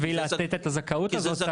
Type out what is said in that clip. בשביל לתת את הזכאות הזאת,